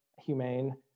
humane